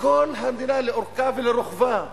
בכל המדינה, לאורכה ולרוחבה,